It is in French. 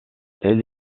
elle